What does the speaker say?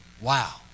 wow